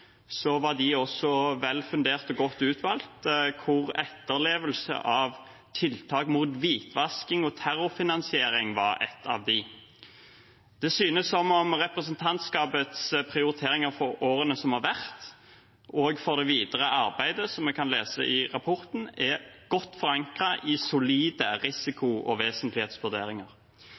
var de også velfundert og godt utvalgt, og hvor etterlevelse av tiltak mot hvitvasking og terrorfinansiering var et av dem. Det synes som om representantskapets prioriteringer for årene som har vært og for det videre arbeidet, som vi kan lese om i rapporten, er godt forankret i solide risiko- og vesentlighetsvurderinger.